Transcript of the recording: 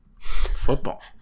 Football